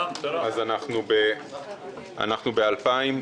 אנחנו ב-2020